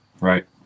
Right